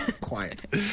Quiet